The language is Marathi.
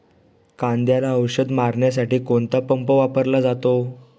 कांद्याला औषध मारण्यासाठी कोणता पंप वापरला जातो?